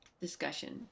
discussion